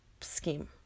scheme